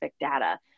data